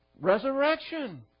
Resurrection